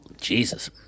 Jesus